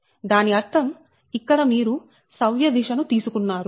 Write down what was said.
దాని అర్థం ఇక్కడ మీరు సవ్య దిశ ను తీసుకున్నారు